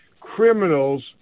criminals